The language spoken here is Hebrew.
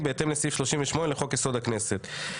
בהתאם לסעיף 38 לחוק-יסוד: הכנסת.